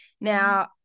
Now